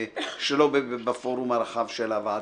שלא בפורום הרחב של הוועדה.